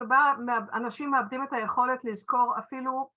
‫הרבה אנשים מאבדים את היכולת ‫לזכור אפילו...